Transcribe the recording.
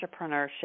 Entrepreneurship